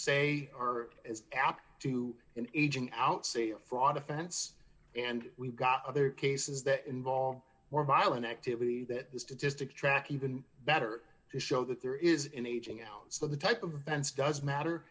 say are as apt to an aging out see fraud offense and we've got other cases that involve more violent activity that the statistics track even better to show that there is in aging and so the type of bends does matter